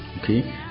Okay